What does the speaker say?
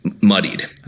muddied